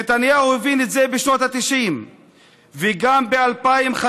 נתניהו הבין את זה בשנות ה-90 וגם ב-2015,